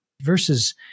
verses